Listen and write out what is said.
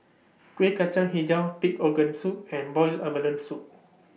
Kueh Kacang Hijau Pig Organ Soup and boiled abalone Soup